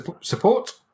Support